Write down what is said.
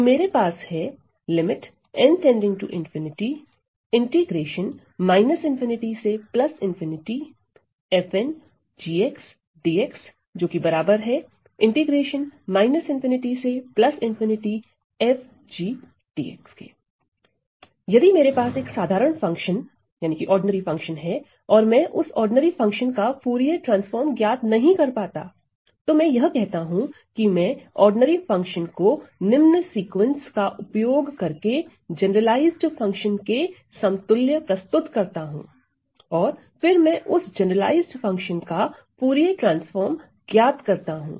तो मेरे पास है lim n यदि मेरे पास एक साधारण फंक्शन है और मैं उस साधारण फंक्शन का फूरिये ट्रांसफॉर्म ज्ञात नहीं कर पाता तो मैं यह करता हूं कि मैं साधारण फंक्शन ordinary function को निम्न सीक्वेंस का उपयोग करके जनरलाइज्ड फंक्शन के समतुल्य प्रस्तुत करता हूं और फिर मैं उस जनरलाइज्ड फंक्शन का फूरिये ट्रांसफॉर्म ज्ञात करता हूं